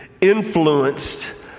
influenced